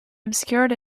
obscured